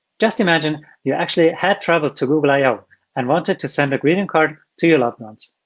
just imagine you actually had traveled to google i o and wanted to send a greeting card to your loved ones.